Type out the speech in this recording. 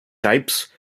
types